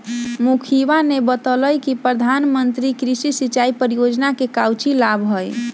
मुखिवा ने बतल कई कि प्रधानमंत्री कृषि सिंचाई योजना के काउची लाभ हई?